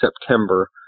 September